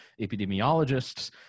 epidemiologists